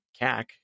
CAC